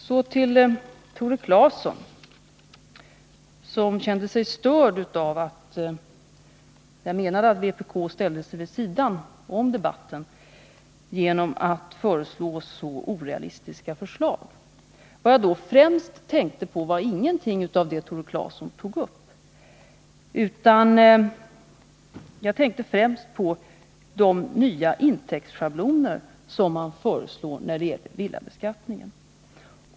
Så till Tore Claeson, som kände sig störd av att jag menade att vpk ställde sig vid sidan om debatten genom att framlägga så orealistiska förslag. Vad jag då främst tänkte på var ingenting av det Tore Claeson tog upp. Jag tänkte främst på de nya intäktschabloner som vpk föreslår när det gäller villabeskattningen.